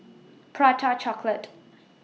Prata Chocolate